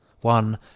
One